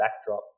backdrop